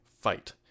fight